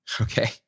Okay